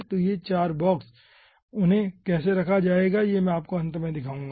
तो 4 बॉक्स उन्हें कैसे रखा जाएगा मैं आपको अंत में दिखाऊंगा